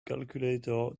calculator